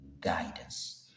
guidance